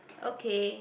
okay